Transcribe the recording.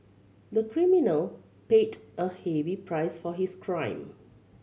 the criminal paid a heavy price for his crime